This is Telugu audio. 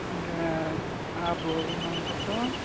ఇంకా ఆ భోగి మంటతో